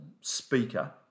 speaker